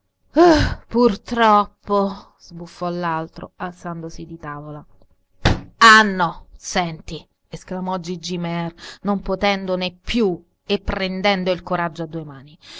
purtroppo sbuffò l'altro alzandosi di tavola ah no senti esclamò gigi mear non potendone più e prendendo il coraggio a due mani